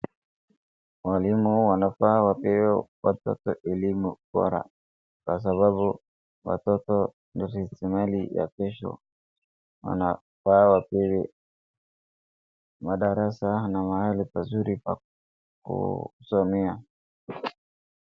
Walimu wanafaa wapee watoto elimu bora , kwa sababu watoto ndio tegemeo ya kesho .Wanafaa wapewe madarasa na mahali pazuri pa kusomea.